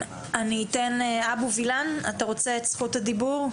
אבשלום וילן, בבקשה.